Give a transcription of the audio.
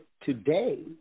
today